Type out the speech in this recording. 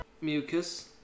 mucus